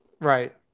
Right